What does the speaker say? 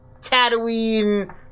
Tatooine